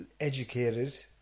educated